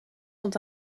sont